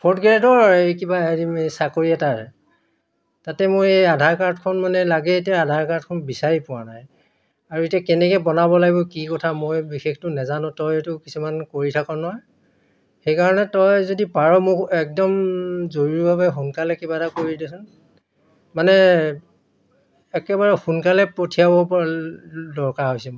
fourth গ্ৰেডৰ এই কিবা হেৰি চাকৰি এটাৰ তাতে মই এই আধাৰ কাৰ্ডখন মানে লাগে এতিয়া আধাৰ কাৰ্ডখন বিচাৰি পোৱা নাই আৰু এতিয়া কেনেকৈ বনাব লাগিব কি কথা মই বিশেষতো নাজানো তইতো কিছুমান কৰি থাক ন সেইকাৰণে তই যদি পাৰ মোক একদম জৰুৰীভাৱে সোনকালে কিবা এটা কৰি দেচোন মানে একেবাৰে সোনকালে পঠিয়াব দৰকাৰ হৈছে মোৰ